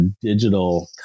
digital